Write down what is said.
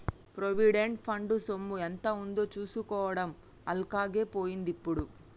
provident fund సొమ్ము ఎంత ఉందో చూసుకోవడం అల్కగై పోయిందిప్పుడు